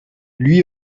lui